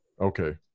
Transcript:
okay